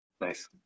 Nice